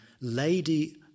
Lady